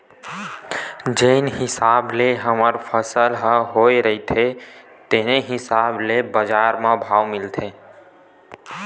जेन हिसाब ले हमर फसल ह होए रहिथे तेने हिसाब ले बजार म भाव मिलथे